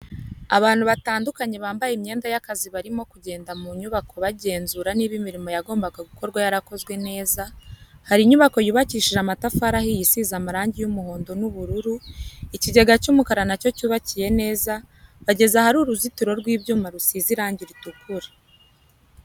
Abantu batandukanye bambaye imyenda y'akazi barimo kugenda mu nyubako bagenzura niba imirimo yagombaga gukorwa yarakozwe neza, hari inyubako yubakishije amatafari ahiye isize amarangi y'umuhondo n'ubururu, ikigega cy'umukara nacyo cyubakiye neza, bageze ahari uruzitiro rw'ibyuma rusize irangi ritukura.